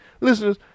listeners